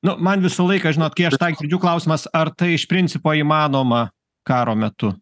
nu man visą laiką žinot kai aš tą girdžiu klausimas ar tai iš principo įmanoma karo metu